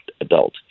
adult